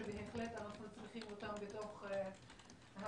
שאנחנו בהחלט צריכים אותם בתוך הרשויות.